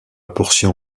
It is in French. portion